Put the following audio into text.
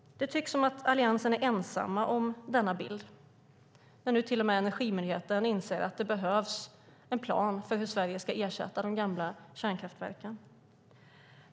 Det tycks som att Alliansen är ensamma om denna bild när nu till och med Energimyndigheten inser att det behövs en plan för hur Sverige ska ersätta de gamla kärnkraftverken.